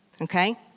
Okay